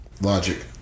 logic